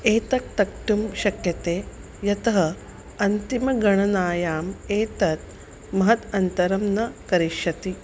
एतत् त्यक्तुं शक्यते यतः अन्तिमं गणनायाम् एतत् महत् अन्तरं न करिष्यति